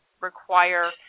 require